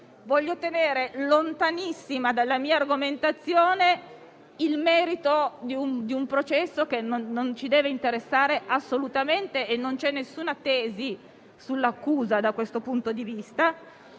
voglio tenere lontanissimo dalla mia argomentazione il merito di un processo che non ci deve interessare assolutamente e non c'è nessuna tesi sull'accusa da questo punto di vista;